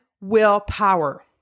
willpower